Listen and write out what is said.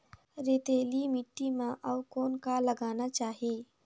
रेतीली माटी म अउ कौन का लगाना चाही?